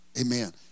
Amen